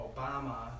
Obama